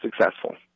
successful